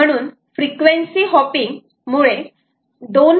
म्हणून frequency hopping FHSS मुळे 2